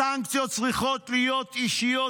הסנקציות צריכות להיות אישיות,